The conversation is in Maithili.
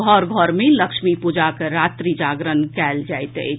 घर घर मे लक्ष्मी पूजा कऽ रात्रि जागरण कयल जाइत अछि